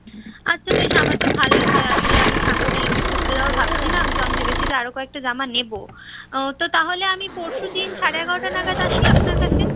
আচ্ছা বেশ আমার তো ভালই হয় আসলে আমি সামনেই একটু ঘুরতে যাব ভাবছিলাম তো আমি ভেবেছি যে আরও কয়েকটা জামা নেব তো তাহলে আমি পরশুদিন সাড়ে এগারোটা নাগাদ আসি আপনার কাছে